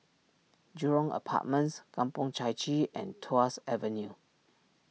Jurong Apartments Kampong Chai Chee and Tuas Avenue